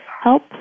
help